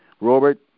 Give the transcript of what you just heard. Robert